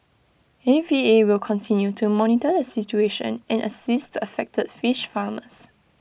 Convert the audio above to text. A V A will continue to monitor the situation and assist the affected fish farmers